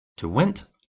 derwent